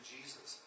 Jesus